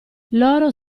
loro